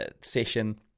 session